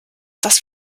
das